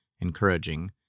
encouraging